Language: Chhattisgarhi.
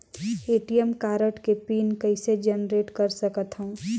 ए.टी.एम कारड के पिन कइसे जनरेट कर सकथव?